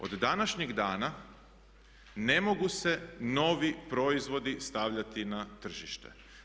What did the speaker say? Od današnjeg dana ne mogu se novi proizvodi stavljati na tržište.